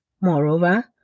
Moreover